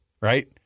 right